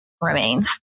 remains